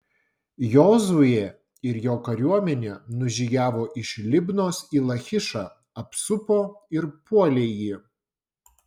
jozuė ir jo kariuomenė nužygiavo iš libnos į lachišą apsupo ir puolė jį